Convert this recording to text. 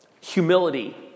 Humility